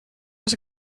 was